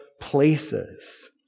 places